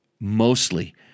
mostly